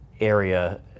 area